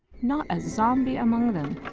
not a zombie among them.